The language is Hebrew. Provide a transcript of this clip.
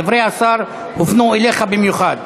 דברי השרה הופנו אליך במיוחד.